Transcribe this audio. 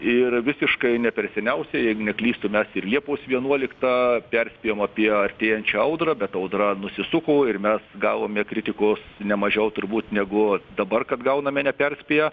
ir visiškai ne per seniausiai jeigu neklystu mes ir liepos vienuoliktą perspėjom apie artėjančią audrą bet audra nusisuko ir mes gavome kritikos nemažiau turbūt negu dabar kad gauname neperspėję